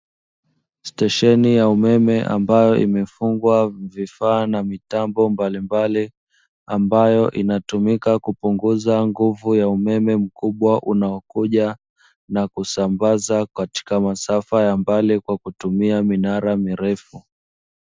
Stesheni ya umeme ambayo imefungwa vifaa na mitambo mbalimbali, ambayo inatumika kupunguza nguvu ya umeme mkubwa unaokuja na kusambaza katika masafa ya mbali kwa kutumia minara mirefu.